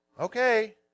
Okay